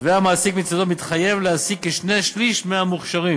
והמעסיק מצדו מתחייב להעסיק כשני-שלישים מהמוכשרים,